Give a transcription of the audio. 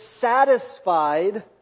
satisfied